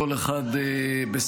כל אחד בסיעתו,